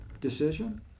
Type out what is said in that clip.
decision